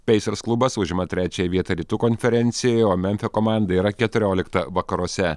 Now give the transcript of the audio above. peisers klubas užima trečiąją vietą rytų konferencijoje o memfio komanda yra keturiolikta vakaruose